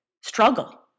struggle